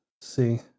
see